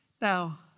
Now